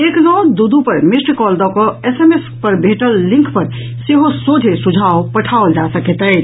एक नओ दू दू पर मिस्ड कॉल दऽकऽ एसएमएस पर भेटल लिंक पर सेहो सोझे सुझाव पठाओल जा सकैत अछि